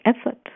effort